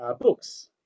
books